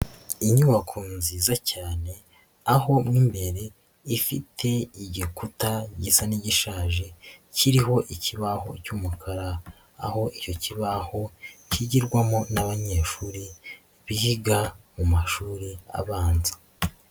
lnyubako nziza cyane aho nk'imbere ifite igikuta gisa n'igishaje ,kiriho ikibaho cy'umukara. Aho icyo kibaho kigirwamo n'abanyeshuri biga mu mashuri abanza.